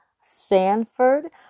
Sanford